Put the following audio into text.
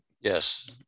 yes